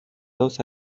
dos